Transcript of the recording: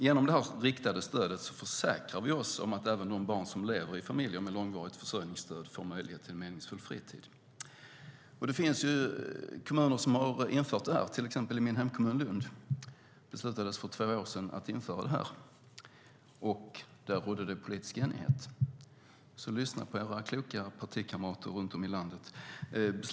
Genom detta riktade stöd försäkrar vi oss om att även de barn som lever i familjer med långvarigt försörjningsstöd får möjlighet till en meningsfull fritid. Det finns kommuner som har infört detta, till exempel min hemkommun Lund. Där beslutades för två år sedan att införa detta, och där rådde politisk enighet. Så lyssna på era kloka partikamrater runt om i landet!